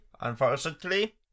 unfortunately